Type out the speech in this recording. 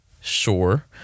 sure